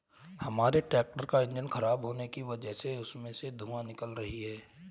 हमारे ट्रैक्टर का इंजन खराब होने की वजह से उसमें से धुआँ निकल रही है